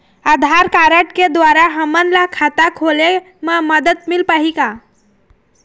आधार card के द्वारा हमन ला खाता खोले म मदद मिल पाही का?